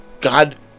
God